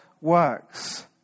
works